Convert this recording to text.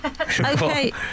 Okay